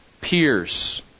peers